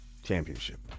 Championship